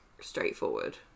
straightforward